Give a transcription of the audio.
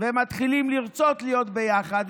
בירוחם והם מתחילים לרצות להיות ביחד,